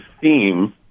theme